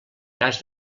cas